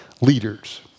leaders